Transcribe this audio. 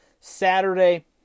Saturday